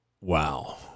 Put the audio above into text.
wow